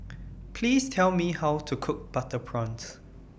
Please Tell Me How to Cook Butter Prawns